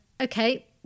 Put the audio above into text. okay